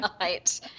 right